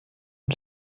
mit